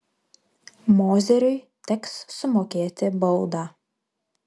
mozeriui teks sumokėti baudą